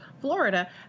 Florida